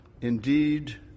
indeed